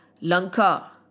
Lanka